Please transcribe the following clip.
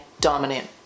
dominant